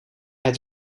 het